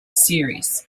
series